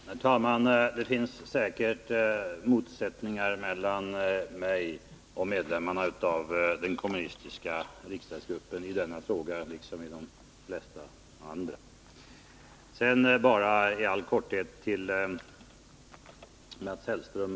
Herr talman! Det finns säkert motsättningar mellan mig och medlemmarna av den kommunistiska riksdagsgruppen i denna fråga liksom de flesta andra. Sedan bara några ord i all korthet till Mats Hellström.